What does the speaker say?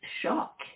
shock